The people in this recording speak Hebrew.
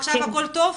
עכשיו הכל טוב?